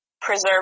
preserve